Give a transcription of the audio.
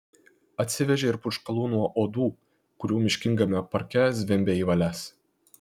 atsivežė ir purškalų nuo uodų kurių miškingame parke zvimbė į valias